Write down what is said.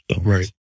Right